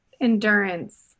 endurance